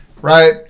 right